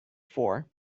for